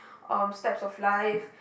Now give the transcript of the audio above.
um steps of life